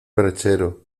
perchero